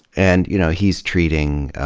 and you know he's treating